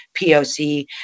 poc